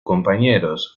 compañeros